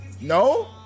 No